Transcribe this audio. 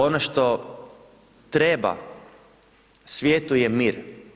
Ono što treba, svijetu je mir.